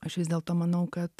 aš vis dėlto manau kad